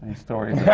stories?